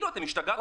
האם השתגעתם?